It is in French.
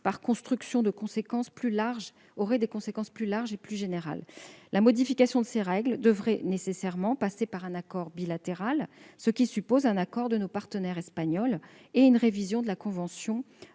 par construction, des conséquences plus larges et générales. La modification de ces règles devrait nécessairement passer par un accord bilatéral, ce qui suppose un accord de nos partenaires espagnols et une révision de la convention,